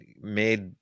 made